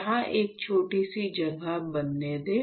यहां एक छोटी सी जगह बनने दें